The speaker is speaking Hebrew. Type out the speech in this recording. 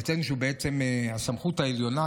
ואציין שהוא בעצם הסמכות העליונה,